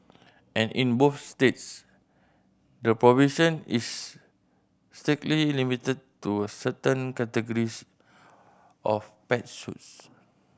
and in both states the provision is strictly limited to a certain categories of pets suits